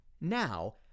Now